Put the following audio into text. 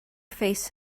face